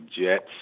Jets